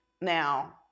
now